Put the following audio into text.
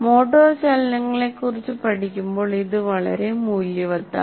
motor ചലനങ്ങളെക്കുറിച്ച് പഠിക്കുമ്പോൾ ഇത് വളരെ മൂല്യവത്താണ്